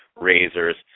razors